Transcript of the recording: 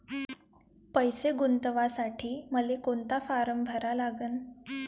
पैसे गुंतवासाठी मले कोंता फारम भरा लागन?